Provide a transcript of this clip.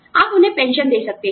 आप उन्हें पेंशन दे सकते थे